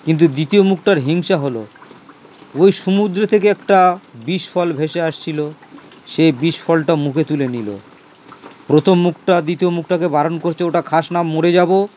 কিন্তু দ্বিতীয় মুখটার হিংসা হলো ওই সমুদ্র থেকে একটা বিষফল ভেসে আসছিলো সেই বিষফলটা মুখে তুলে নিল প্রথম মুখটা দ্বিতীয় মুখটাকে বারণ করছে ওটা খাস না মরে যাব